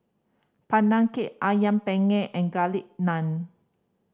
Pandan Cake Ayam Penyet and Garlic Naan